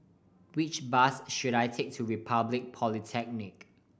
which bus should I take to Republic Polytechnic